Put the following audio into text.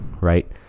right